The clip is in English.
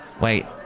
wait